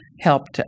helped